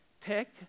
Pick